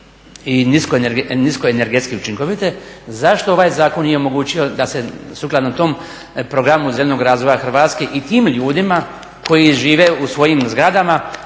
i nisko energetski učinkovite, zašto ovaj zakon nije omogućio da se sukladno tome programu Zelenog razvoja Hrvatske i tim ljudima koji žive u svojim zgradama